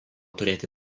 turėti